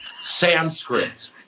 Sanskrit